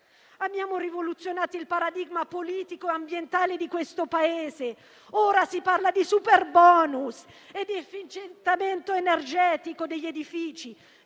Abbiamo rivoluzionato il paradigma politico e ambientale di questo Paese; ora si parla di superbonus e di efficientamento energetico degli edifici,